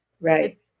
Right